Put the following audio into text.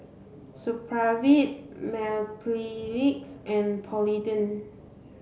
Supravit Mepilex and Polident